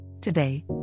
Today